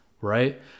right